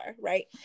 right